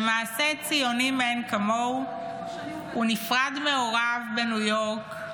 במעשה ציוני מאין כמוהו הוא נפרד מהוריו בניו יורק,